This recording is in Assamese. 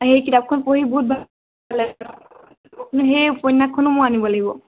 অঁ সেই কিতাপখন পঢ়ি বহুত ভাল সেই উপন্যাসখনো মই আনিব লাগিব